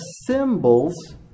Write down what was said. symbols